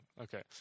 Okay